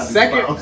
Second